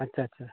ᱟᱪᱪᱷᱟ ᱟᱪᱪᱷᱟ